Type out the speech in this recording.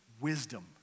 wisdom